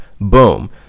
boom